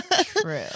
true